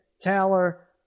Taylor